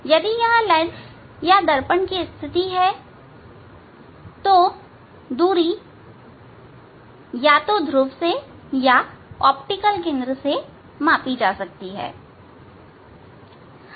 यदि यह लेंस या दर्पण की स्थिति है तो दूरी या तो ध्रुव से या ऑप्टिकल केंद्र से मापी जा सकती है